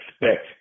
expect